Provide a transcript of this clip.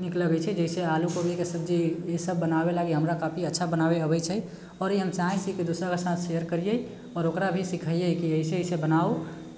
नीक लगै छै जाहिसे आलू कोबी के सब्जी ईसब बनाबे लागी हमरा काफी अच्छा बनाबे अबै छै आओर ई हम चाहै छी की दूसरा के साथ शेयर करियै आओर ओकरा भी सिखैयै की ऐसे बनाउ